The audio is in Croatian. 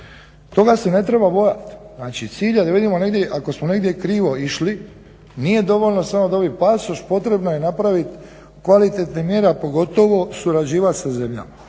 Toga se ne treba bojati, znači cilj a da vidimo ako smo negdje krivo išli nije dovoljno samo dobri pasoš, potrebno je napraviti kvalitetne mjere a pogotovo surađivat sa zemljama.